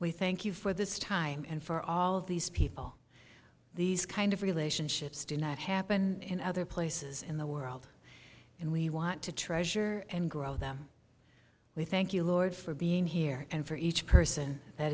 we thank you for this time and for all of these people these kind of relationships do not happen in other places in the world and we want to treasure and grow them we thank you lord for being here and for each person that